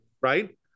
Right